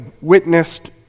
witnessed